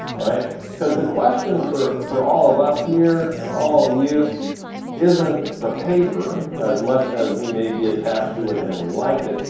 cause the question for for all of us here and all of you isn't the paper as much as we may be attached to it and we like it,